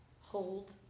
hold